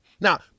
now